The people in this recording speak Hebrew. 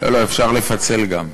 אפשר לפצל גם.